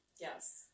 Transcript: Yes